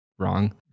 Wrong